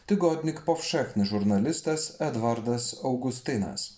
tygodnik pofšechni žurnalistas edvardas augustinas